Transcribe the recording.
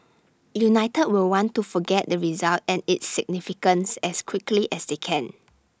united will want to forget the result and its significance as quickly as they can